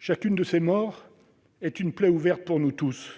Chacune de ces morts est une plaie ouverte pour nous tous,